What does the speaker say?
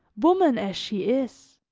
woman as she is.